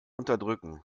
unterdrücken